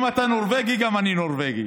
אם אתה נורבגי גם אני נורבגי.